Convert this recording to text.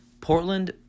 Portland